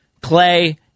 Clay